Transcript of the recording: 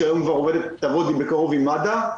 שתעבוד ביחד עם מד"א.